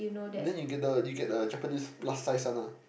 then you get the you get the Japanese plus size one ah